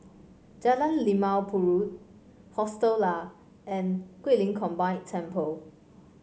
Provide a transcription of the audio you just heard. Jalan Limau Purut Hostel Lah and Guilin Combined Temple